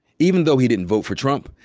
even though he didn't vote for trump,